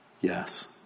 Yes